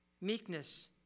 Meekness